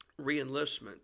reenlistment